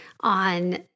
on